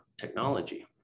technology